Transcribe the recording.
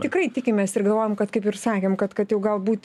tikrai tikimės ir galvojam kad kaip ir sakėm kad kad jau gal būt